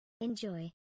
Enjoy